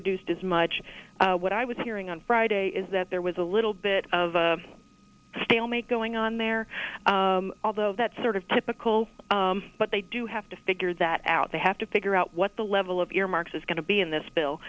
reduced as much what i was hearing on friday is that there was a little bit of a stalemate going on there although that's sort of typical but they do have to figure that out they have to figure out what the level of earmarks is going to be in this bill